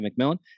McMillan